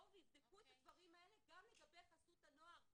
שיבואו ויבדקו את הדברים האלה גם לגבי חסות הנוער,